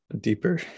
deeper